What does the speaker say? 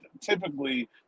typically